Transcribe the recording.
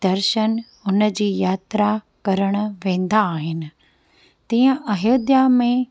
दर्शन हुनजी यात्रा करण वेंदा आहिनि तीअं अयोध्या में